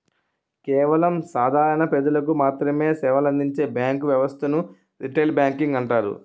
కేవలం సాధారణ ప్రజలకు మాత్రమె సేవలందించే బ్యాంకు వ్యవస్థను రిటైల్ బ్యాంకింగ్ అంటారు